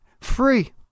free